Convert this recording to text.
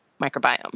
microbiome